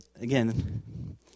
again